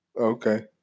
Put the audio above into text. Okay